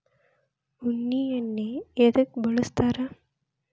ಉಣ್ಣಿ ಎಣ್ಣಿ ಎದ್ಕ ಬಳಸ್ತಾರ್?